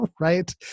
right